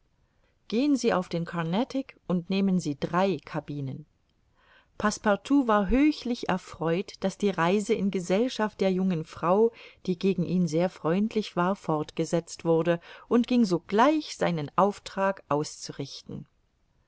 gehen sie auf den carnatic und nehmen sie drei cabinen passepartout war höchlich erfreut daß die reise in gesellschaft der jungen frau die gegen ihn sehr freundlich war fortgesetzt wurde und ging sogleich seinen auftrag auszurichten